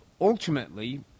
Ultimately